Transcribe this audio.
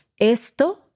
esto